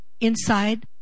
inside